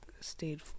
stayed